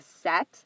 set